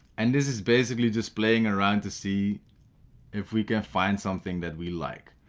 and this is basically just playing around to see if we can find something that we like